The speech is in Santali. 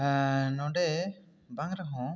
ᱱᱚᱸᱰᱮ ᱵᱟᱝ ᱨᱮᱦᱚᱸ